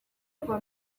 kwa